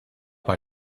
bei